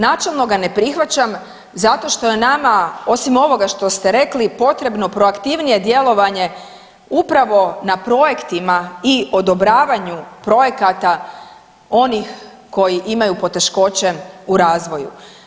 Načelno ga ne prihvaćam zato što je nama osim ovoga što ste rekli potrebno proaktivnije djelovanje upravo na projektima i odobravanju projekata onih koji imaju poteškoće u razvoju.